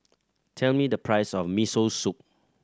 tell me the price of Miso Soup